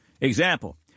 Example